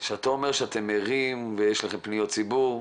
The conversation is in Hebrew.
כשאתה אומר שאתם ערים ויש לכם פניות ציבור,